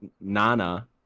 nana